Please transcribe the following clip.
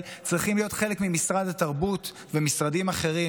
צריכים להיות חלק ממשרד התרבות ומשרדים אחרים.